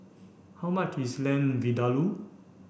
how much is Lamb Vindaloo